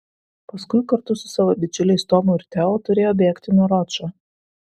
paskui kartu su savo bičiuliais tomu ir teo turėjo bėgti nuo ročo